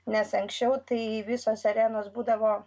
nes anksčiau tai visos arenos būdavo